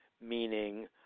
meaning